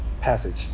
passage